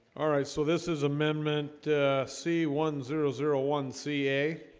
all right, so this is amendment c. one zero zero one ca